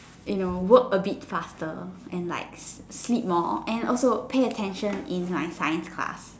you know work a bit faster and like sleep more and also pay attention in my science class